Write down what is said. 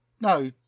No